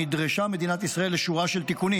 נדרשה מדינת ישראל לשורה של תיקונים,